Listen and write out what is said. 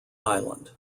island